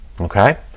Okay